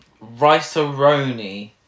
Rice-a-roni